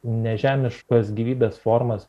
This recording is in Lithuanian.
nežemiškos gyvybės formas